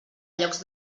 llocs